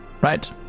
Right